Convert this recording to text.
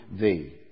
thee